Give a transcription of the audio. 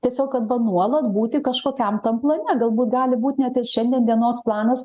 tiesiog kad gal nuolat būti kažkokiam tam plane galbūt gali būt net ir šiandien dienos planas